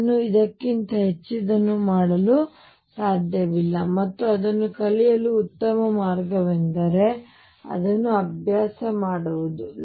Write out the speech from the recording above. ನಾನು ಇದಕ್ಕಿಂತ ಹೆಚ್ಚಿನದನ್ನು ಮಾಡಲು ಸಾಧ್ಯವಿಲ್ಲ ಮತ್ತು ಅದನ್ನು ಕಲಿಯಲು ಉತ್ತಮ ಮಾರ್ಗವೆಂದರೆ ಅದನ್ನು ನೀವೇ ಅಭ್ಯಾಸ ಮಾಡುವುದು